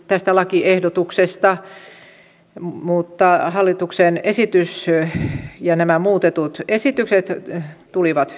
tästä lakiehdotuksesta mutta hallituksen esitys ja nämä muutetut esitykset tulivat